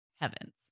heavens